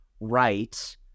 right